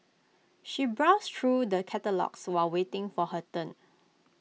she browsed through the catalogues while waiting for her turn